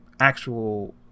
actual